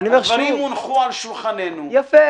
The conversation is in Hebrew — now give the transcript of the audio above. תאמר: הדברים הונחו על שולחננו,